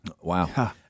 Wow